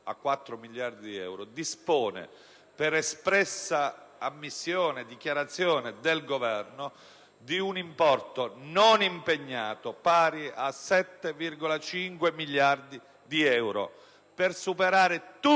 a 4 miliardi di euro, dispone, per espressa dichiarazione del Governo, di un importo non impegnato pari a 7,5 miliardi di euro, per superare